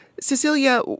Cecilia